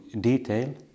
detail